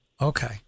Okay